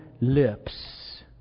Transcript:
lips